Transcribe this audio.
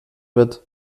wird